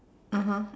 (uh huh)